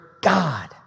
God